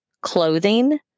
clothing